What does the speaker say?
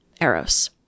Eros